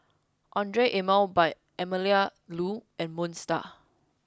Andre Emel by Melinda Looi and Moon Star